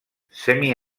semi